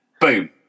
boom